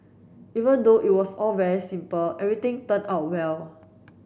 even though it was all very simple everything turned out well